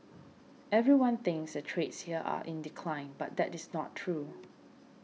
everyone thinks the trades here are in decline but that is not true